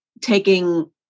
taking